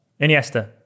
Iniesta